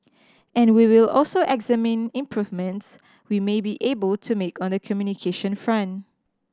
and we will also examine improvements we may be able to make on the communication front